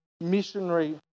missionary